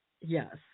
Yes